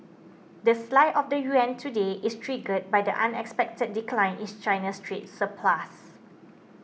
the slide of the yuan today is triggered by the unexpected decline in China's trade surplus